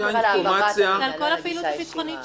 זה על כל הפעילות הביטחונית שלנו.